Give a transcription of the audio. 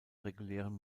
regulären